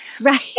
Right